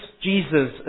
Jesus